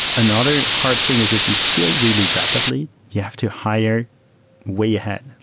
another hard thing is if you scale really rapidly, you have to hire way ahead.